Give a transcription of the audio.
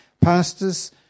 Pastors